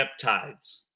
peptides